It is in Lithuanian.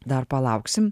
dar palauksim